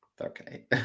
Okay